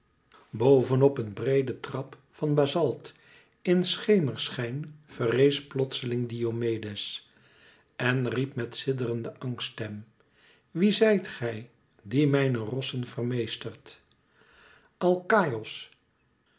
op een breede trap van bazalt in schemerschijn verrees plotseling diomedes en riep met sidderende angststem wie zijt gij die mijne rossen vermeestert alkaïos